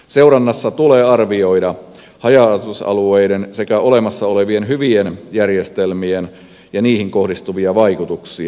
seurannassa tulee arvioida haja asutusalueille sekä olemassa oleviin hyviin järjestelmiin kohdistuvia vaikutuksia